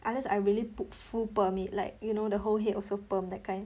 unless I really put full perm it like you know the whole head also perm that kind